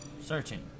Searching